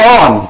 on